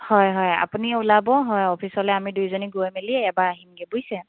হয় হয় আপুনি ওলাব হয় অফিচলে আমি দুইজনী গৈ মেলি এবাৰ আহিনগে বুজিছে